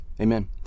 Amen